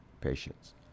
patients